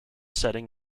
setting